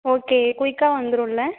okay குயிக்காக வந்துருமில்ல